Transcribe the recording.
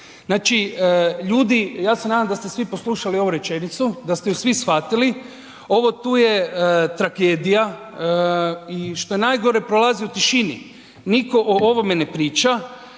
Znači, ljudi, ja se nadam da ste svi poslušali ovu rečenicu, da ste ju svi shvatili, ovo tu je tragedija i što je najgore prolazi u tišini. Nitko o ovome ne priča.